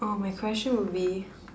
oh my question would be